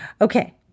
Okay